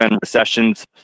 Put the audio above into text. recessions